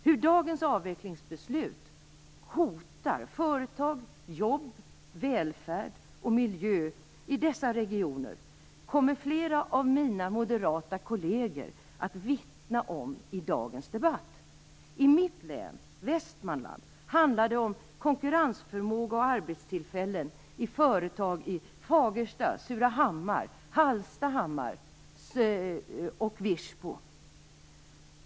Hur dagens avvecklingsbeslut hotar företag, jobb, välfärd och miljö i dessa regioner kommer flera av mina moderata kolleger att vittna om i dagens debatt. I mitt län, Västmanlands län, handlar det om konkurrensförmåga och arbetstillfällen vid företag i Fagersta, Surahammar, Hallstahammar och Virsbo.